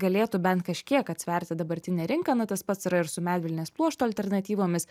galėtų bent kažkiek atsverti dabartinę rinką na tas pats yra ir su medvilnės pluošto alternatyvomis